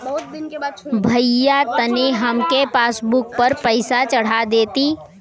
भईया तनि हमरे पासबुक पर पैसा चढ़ा देती